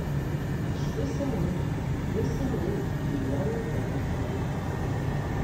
aš visąlaik visąlaik bijojau tave sutikti